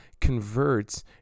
converts